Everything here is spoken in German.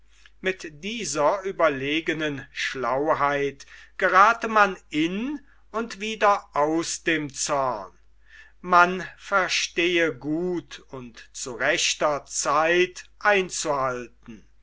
mit dieser überlegenen schlauheit gelangt man in und wieder aus dem zorn man verstehe gut und zu rechter zeit einzuhalten